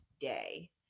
day